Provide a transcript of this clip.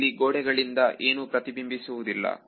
ಇಲ್ಲಿ ಗೋಡೆಗಳಿಂದ ಏನೋ ಪ್ರತಿಬಿಂಬಿಸುವುದಿಲ್ಲ